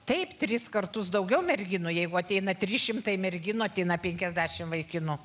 taip tris kartus daugiau merginų jeigu ateina trys šimtai merginų ateina penkiasdešimt vaikinų